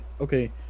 okay